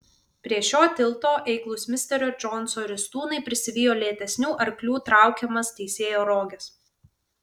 prie šio tilto eiklūs misterio džonso ristūnai prisivijo lėtesnių arklių traukiamas teisėjo roges